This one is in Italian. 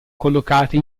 collocate